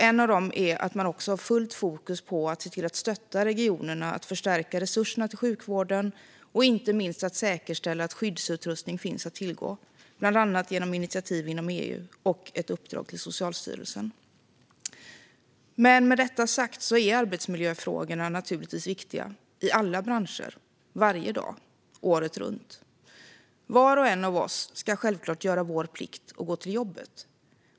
En av dem är att man också har fullt fokus på att se till att stötta regionerna att förstärka resurserna till sjukvården, och inte minst att säkerställa att skyddsutrustning finns att tillgå, bland annat genom initiativ inom EU och ett uppdrag till Socialstyrelsen. Men med detta sagt är arbetsmiljöfrågorna naturligtvis viktiga i alla branscher varje dag året runt. Var och en av oss ska självklart göra vår plikt och gå till jobbet.